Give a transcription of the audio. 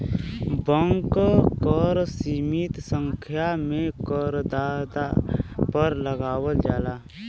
bank कर सीमित संख्या में करदाता पर लगावल जाला